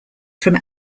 from